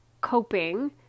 coping